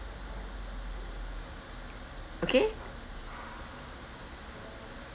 okay